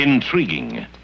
Intriguing